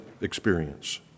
experience